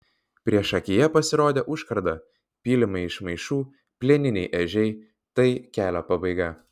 priešakyje pasirodė užkarda pylimai iš maišų plieniniai ežiai tai kelio pabaiga